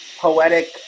poetic